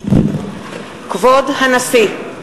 כבוד הנשיא!